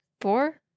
four